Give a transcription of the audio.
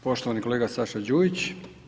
Poštovani kolega Saša Đujić.